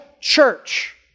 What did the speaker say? church